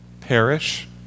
perish